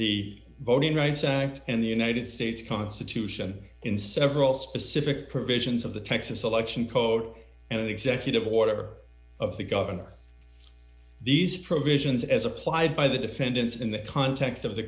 the voting rights act and the united states constitution in several specific provisions of the texas election code and an executive order of the governor these provisions as applied by the defendants in the context of the